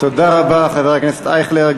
תודה רבה, חבר הכנסת אייכלר.